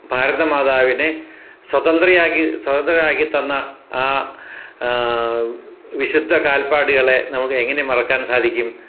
ഭാരതമാതാവിനെ സ്വാതന്ത്രയാക്കി സ്വാതന്ത്രയാക്കി തന്ന ആ വിശുദ്ധ കാൽപ്പാടുകളെ എങ്ങനെ മറക്കാൻ സാധിക്കും